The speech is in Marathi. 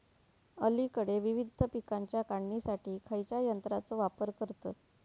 अलीकडे विविध पीकांच्या काढणीसाठी खयाच्या यंत्राचो वापर करतत?